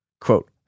quote